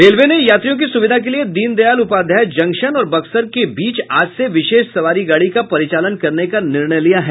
railway ने यात्रियों की सुविधा के लिए दीनदयाल उपाध्याय जंक्शन और बक्सर के बीच आज से विशेष सवारी गाड़ी का परिचालन करने का निर्णय लिया है